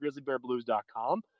grizzlybearblues.com